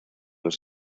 los